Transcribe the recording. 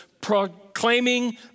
proclaiming